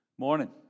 Morning